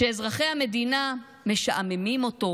אזרחי המדינה משעממים אותו.